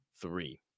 three